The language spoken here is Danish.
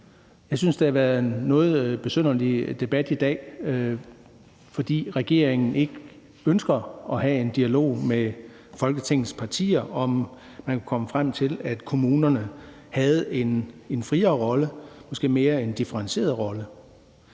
Jeg synes, det har været en noget besynderlig debat i dag, fordi regeringen ikke ønsker at have en dialog med Folketingets partier om, om man kunne komme frem til, at kommunerne havde en friere rolle, måske en mere differentieret rolle.